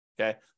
okay